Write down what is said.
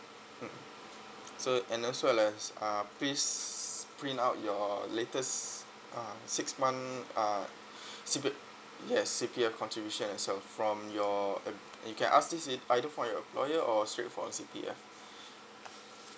mm so and also lets uh please print out your latest uh six month uh cpe~ yes C_P_F contribution as well from your ap~ you can ask this it either for your lawyer or straight from C_P_F